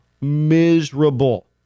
Miserable